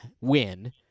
win